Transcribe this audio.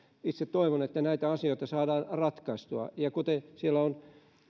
itse toivon että näitä asioita saadaan ratkaistua kuten siellä on